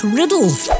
riddles